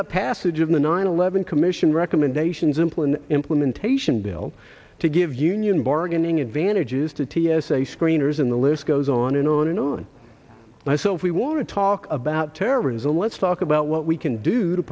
up passage of the nine eleven commission recommendations implement implementation bill to give union bargaining advantages to t s a screeners in the list goes on and on and on myself we want to talk about terrorism let's talk about what we can do to